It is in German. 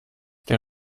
der